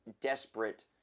desperate